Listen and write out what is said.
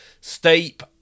Steep